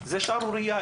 זו שערורייה.